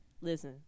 listen